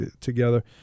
together